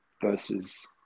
versus